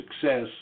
success